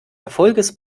erfolges